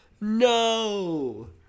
No